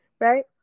Right